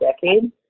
decade